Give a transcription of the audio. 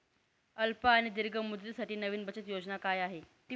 अल्प आणि दीर्घ मुदतीसाठी नवी बचत योजना काय आहे?